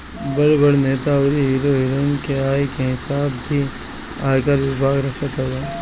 बड़ बड़ नेता अउरी हीरो हिरोइन के आय के हिसाब भी आयकर विभाग रखत हवे